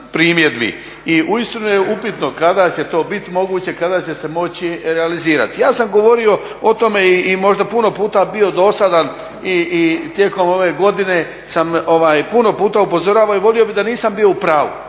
i uistinu je upitno kada će to bit moguće, kada će se moći realizirati. Ja sam govorio o tome i možda puno puta bio dosadan i tijekom ove godine sam puno puta upozoravao i volio bih da nisam bio u pravu.